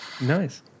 Nice